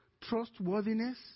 trustworthiness